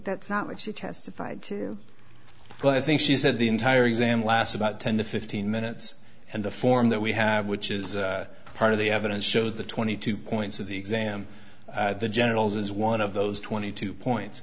that's not what she testified to but i think she said the entire exam last about ten to fifteen minutes and the form that we have which is part of the evidence showed the twenty two points of the exam the genitals as one of those twenty two points